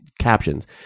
captions